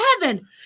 heaven